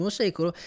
secolo